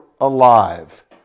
alive